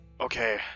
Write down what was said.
Okay